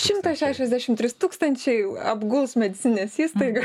šimtas šešiasdešimt trys tūkstančiai apguls medicinines įstaigas